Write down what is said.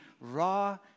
raw